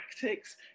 tactics